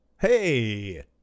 Hey